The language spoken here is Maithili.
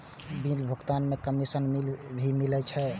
बिल भुगतान में कमिशन भी मिले छै?